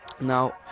Now